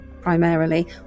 primarily